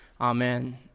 Amen